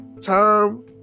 Time